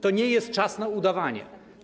To nie jest czas na udawanie.